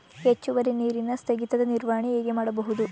ಹೆಚ್ಚುವರಿ ನೀರಿನ ಸ್ಥಗಿತದ ನಿರ್ವಹಣೆ ಹೇಗೆ ಮಾಡಬಹುದು?